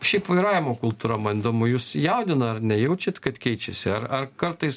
šiaip vairavimo kultūra man įdomu jus jaudina ar nejaučiat kad keičiasi ar ar kartais